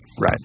Right